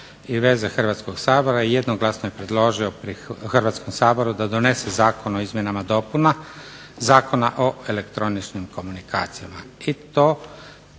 i veze Hrvatskog sabora jednoglasno je predložio Hrvatskom saboru da donese Zakon o izmjenama i dopunama Zakona o elektroničkim komunikacijama